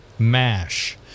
mash